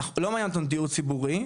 לא מעניין אותנו דיור ציבורי,